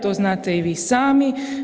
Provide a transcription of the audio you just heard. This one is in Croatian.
To znate i vi sami.